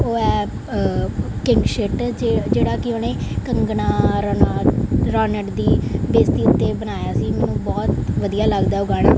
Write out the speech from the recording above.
ਉਹ ਹੈ ਕਿੰਗਸ਼ੇਟ ਜੇ ਜਿਹੜਾ ਕਿ ਉਹਨੇ ਕੰਗਣਾ ਰਣੌਤ ਰੋਨਟ ਦੀ ਬੇਇੱਜ਼ਤੀ ਉੱਤੇ ਬਣਾਇਆ ਸੀ ਮੈਨੂੰ ਬਹੁਤ ਵਧੀਆ ਲੱਗਦਾ ਉਹ ਗਾਣਾ